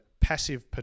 passive